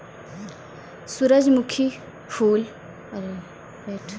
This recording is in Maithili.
सुरजमुखी फूल देखै मे भी सुन्दर लागै छै